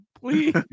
Please